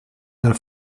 der